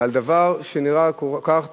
ועל דבר שנראה כל כך טריוויאלי,